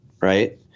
right